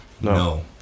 No